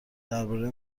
درباره